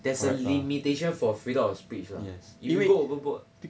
there's a limitation for freedom of speech lah if you go overboard